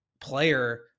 player